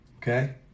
okay